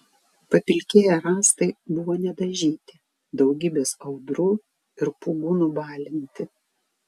papilkėję rąstai buvo nedažyti daugybės audrų ir pūgų nubalinti